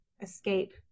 escape